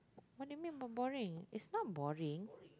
what do you mean I'm boring it's not boring